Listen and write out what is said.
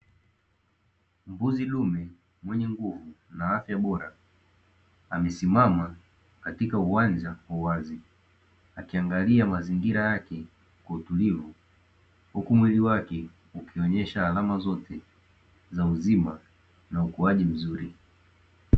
Mbuzi dume mwenye nguvu na afya bora amesimama katika uwanja wa uwazi. Akiangalia mazingira yake kwa utulivu huku mwili wake ukionesha alama zote za uzima na ukuaji mzuri.